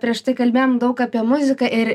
prieš tai kalbėjom daug apie muziką ir